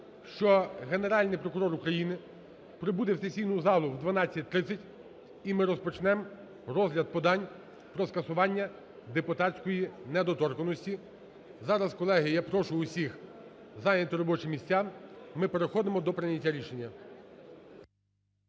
що Генеральний прокурор України прибуде у сесійну залу в 12:30 і ми розпочнемо розгляд подань про скасування депутатської недоторканності. Зараз, колеги, я прошу всіх зайняти робочі місця, ми переходимо до прийняття рішення.